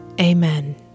amen